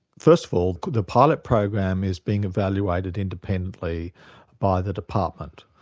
first of all, the pilot program is being evaluated independently by the department.